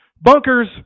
bunkers